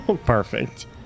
Perfect